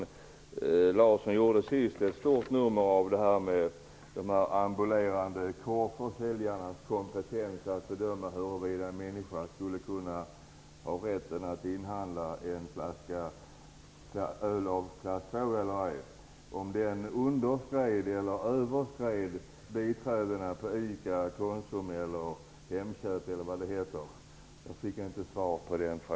Roland Larsson gjorde ett stort nummer av det här med de ambulerande korvförsäljarnas kompetens att bedöma huruvida en person skulle kunna ha rätt att inhandla en flaska öl av klass II eller ej. Om den kompetensen överskrider kompetensen bland biträdena på ICA, Konsum eller Hemköp fick jag inget svar på.